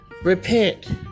Repent